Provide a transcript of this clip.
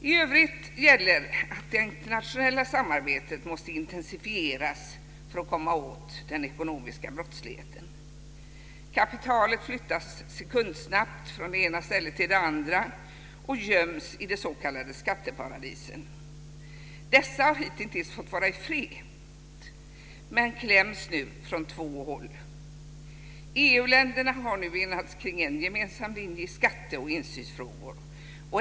I övrigt gäller att det internationella samarbetet måste intensifieras för att komma åt den ekonomiska brottsligheten. Kapitalet flyttas sekundsnabbt från det ena stället till det andra och göms i de s.k. skatteparadisen. Dessa har hitintills fått vara i fred men kläms nu från två håll. EU-länderna har enats kring en gemensam linje i skatte och insynsfrågor.